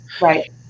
right